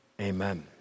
amen